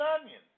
onions